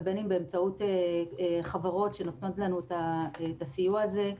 ובין אם באמצעות חברות שנותנות לנו את הסיוע הזה,